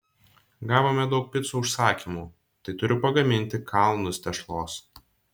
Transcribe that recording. gavome daug picų užsakymų tai turiu pagaminti kalnus tešlos